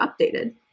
updated